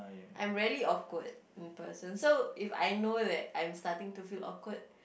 I'm rarely awkward in person so if I know that I'm starting to feel awkward